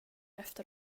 efter